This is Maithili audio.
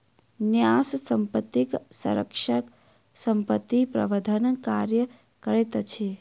न्यास संपत्तिक संरक्षक संपत्ति प्रबंधनक कार्य करैत अछि